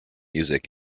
music